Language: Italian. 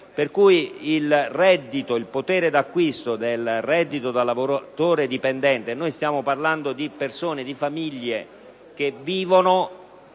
ridotto il potere d'acquisto del reddito da lavoratore dipendente. Stiamo parlando di persone, di famiglie che vivono